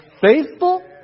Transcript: faithful